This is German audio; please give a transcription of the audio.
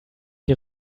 die